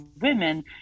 women